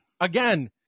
Again